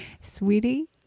sweetie